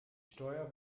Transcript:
steuer